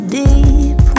deep